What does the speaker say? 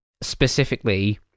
specifically